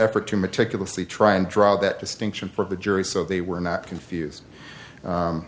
effort to meticulously try and draw that distinction for the jury so they were not confused